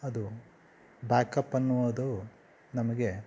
ಅದು ಬ್ಯಾಕ್ಅಪ್ ಅನ್ನುವುದು ನಮಗೆ